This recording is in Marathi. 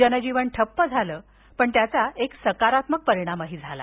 जनजीवन ठप्प झालं त्याचा एक सकारात्मक परिणामही झाला